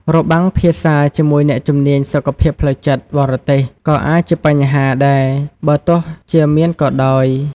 របាំងភាសាជាមួយអ្នកជំនាញសុខភាពផ្លូវចិត្តបរទេសក៏អាចជាបញ្ហាដែរ បើទោះជាមានក៏ដោយ។